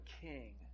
king